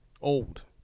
old